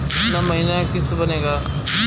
कितना महीना के किस्त बनेगा?